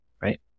right